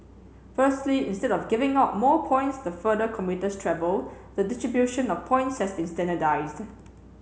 firstly instead of giving out more points the further commuters travel the distribution of points has been standardized